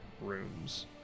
rooms